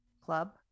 Club